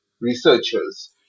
researchers